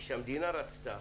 כשהמדינה רצתה,